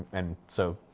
and so,